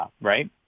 right